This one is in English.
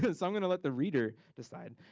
but so i'm gonna let the reader decide.